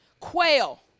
quail